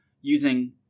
using